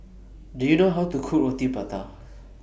Do YOU know How to Cook Roti Prata